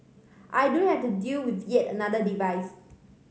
I don't have to deal with yet another device